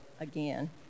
again